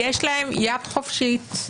יש להם יד חופשית.